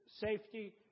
safety